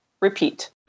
repeat